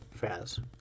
Faz